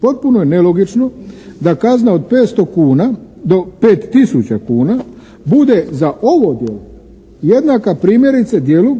potpuno je nelogično da kazna od 500 kuna do 5 tisuća kuna bude za ovo djelo jednaka primjerice djelu